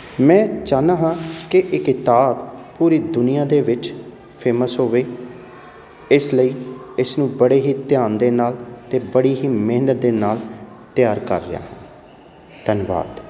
ਮੈਂ ਚਾਹੁੰਦਾ ਹਾਂ ਕਿ ਇਹ ਕਿਤਾਬ ਪੂਰੀ ਦੁਨੀਆਂ ਦੇ ਵਿੱਚ ਫੇਮਸ ਹੋਵੇ ਇਸ ਲਈ ਇਸਨੂੰ ਬੜੇ ਹੀ ਧਿਆਨ ਦੇ ਨਾਲ ਅਤੇ ਬੜੀ ਹੀ ਮਿਹਨਤ ਦੇ ਨਾਲ ਤਿਆਰ ਕਰ ਰਿਹਾ ਧੰਨਵਾਦ